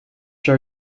sure